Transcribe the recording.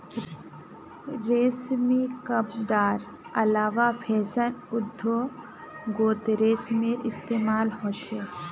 रेशमी कपडार अलावा फैशन उद्द्योगोत रेशमेर इस्तेमाल होचे